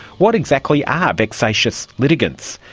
what exactly are vexatious litigants?